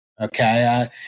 okay